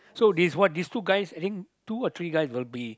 so this what this two guys I think two or three guys will be